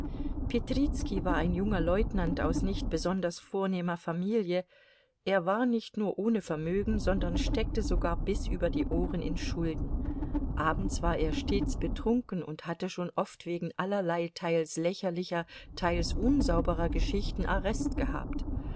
petrizki war ein junger leutnant aus nicht besonders vornehmer familie er war nicht nur ohne vermögen sondern steckte sogar bis über die ohren in schulden abends war er stets betrunken und hatte schon oft wegen allerlei teils lächerlicher teils unsauberer geschichten arrest gehabt